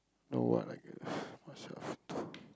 no what I guess